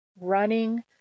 running